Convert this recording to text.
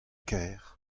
kêr